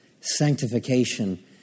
sanctification